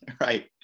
Right